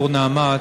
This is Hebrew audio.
יו"ר "נעמת",